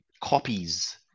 copies